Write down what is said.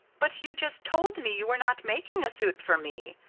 but you just told me you were not making a suit for me,